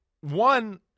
One